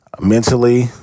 Mentally